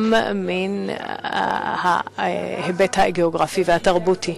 גם מן ההיבט הגיאוגרפי והתרבותי,